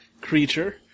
creature